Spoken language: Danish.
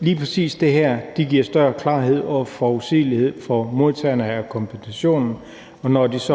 lige præcis det her giver større klarhed og forudsigelighed for modtagerne af kompensationen, og når det så